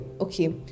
okay